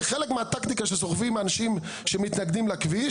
זה חלק מהטקטיקה שסוחבים אנשים שמתנגדים לכביש,